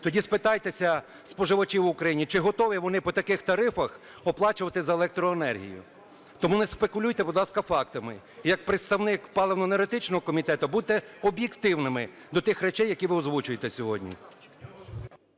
Тоді спитайтеся споживачів в Україні, чи готові вони по таких тарифах оплачувати за електроенергію? Тому не спекулюйте, будь ласка, фактами. Як представник паливно-енергетичного Комітету будьте об'єктивними до тих речей, які ви озвучуєте сьогодні.